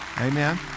Amen